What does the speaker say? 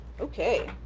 Okay